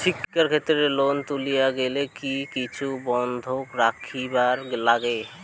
শিক্ষাক্ষেত্রে লোন তুলির গেলে কি কিছু বন্ধক রাখিবার লাগে?